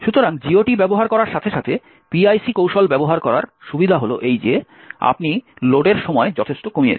সুতরাং GOT ব্যবহার করার সাথে সাথে PIC কৌশল ব্যবহার করার সুবিধা হল যে আপনি লোডের সময় যথেষ্ট কমিয়েছেন